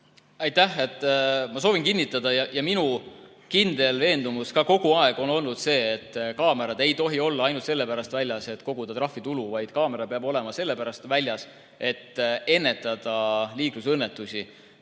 taga ajada. Aitäh! Minu kindel veendumus on kogu aeg olnud see, et kaamerad ei tohi olla ainult sellepärast väljas, et koguda trahvitulu, vaid kaamera peab olema sellepärast väljas, et ennetada liiklusõnnetusi.